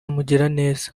mugiraneza